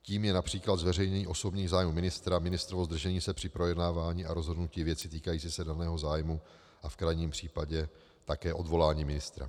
Tím je například zveřejnění osobních zájmů ministra, ministrovo zdržení se při projednávání a rozhodnutí věci týkající se daného zájmu a v krajním případě také odvolání ministra.